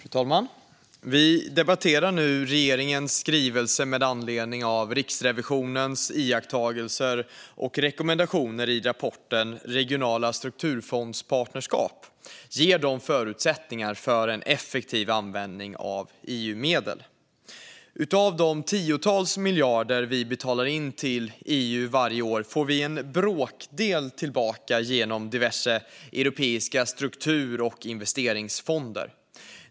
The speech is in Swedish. Fru talman! Vi debatterar nu regeringens skrivelse med anledning av Riksrevisionens iakttagelser och rekommendationer i rapporten Regionala strukturfondspartnerskap - ger de förutsättningar för en effektiv användning av EU-medel ? Av de tiotals miljarder vi betalar in till EU varje år får vi en bråkdel tillbaka genom diverse europeiska struktur och investeringsfonder.